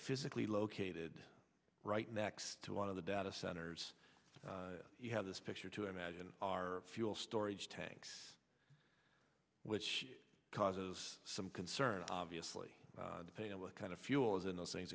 physically located right next to one of the data centers you have this picture to imagine our fuel storage tanks which causes some concern obviously depends on what kind of fuel is in those things